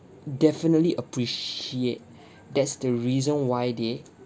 definitely appreciate that's the reason why they